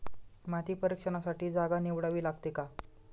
माती परीक्षणासाठी जागा निवडावी लागते का?